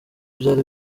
byari